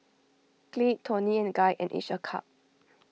Glade Toni and Guy and each a cup